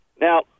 Now